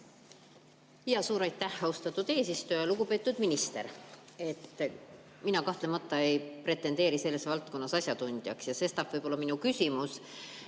Suur aitäh, austatud eesistuja! Lugupeetud minister! Mina kahtlemata ei pretendeeri selles valdkonnas asjatundjaks ja sestap tundub minu küsimus